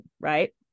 right